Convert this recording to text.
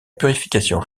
purification